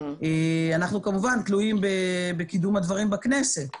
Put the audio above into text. אנחנו כמובן תלויים בקידום הדברים בכנסת.